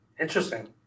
Interesting